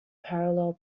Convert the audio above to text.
parallel